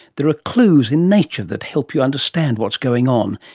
there are clues in nature that help you understand what's going on,